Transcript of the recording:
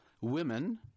women